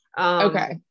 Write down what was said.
Okay